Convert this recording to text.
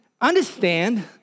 understand